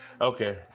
Okay